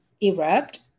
erupt